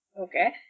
Okay